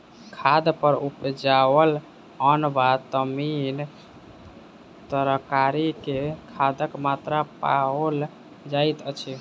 खाद पर उपजाओल अन्न वा तीमन तरकारी मे खादक मात्रा पाओल जाइत अछि